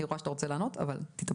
אני רואה שאתה רוצה לענות אבל תתאפק.